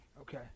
Okay